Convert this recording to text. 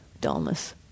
dullness